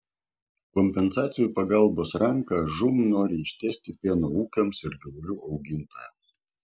kompensacijų pagalbos ranką žūm nori ištiesti pieno ūkiams ir gyvulių augintojams